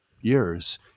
years